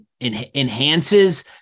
enhances